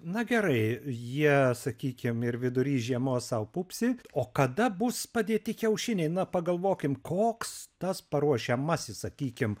na gerai jie sakykim ir vidury žiemos sau pupsi o kada bus padėti kiaušiniai na pagalvokim koks tas paruošiamasis sakykim